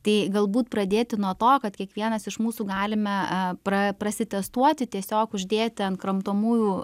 tai galbūt pradėti nuo to kad kiekvienas iš mūsų galime pra prasitestuoti tiesiog uždėti ant kramtomųjų